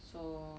so